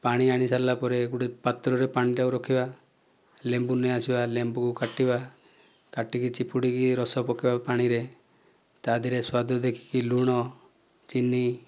ପାଣି ଆଣି ସାରିଲା ପରେ ଗୋଟେ ପାତ୍ରରେ ପାଣିଟାକୁ ରଖିବା ଲେମ୍ବୁ ନେଇ ଆସିବା ଲେମ୍ବୁକୁ କାଟିବା କାଟିକି ଚିପୁଡ଼ିକି ରସ ପକାଇବା ପାଣିରେ ତାଦେହରେ ସ୍ୱାଦ ଦେଖିକି ଲୁଣ ଚିନି